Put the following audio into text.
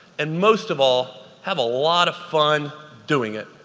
and most of all, have a lot of fun doing it.